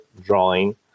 drawing